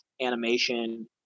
animation